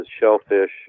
shellfish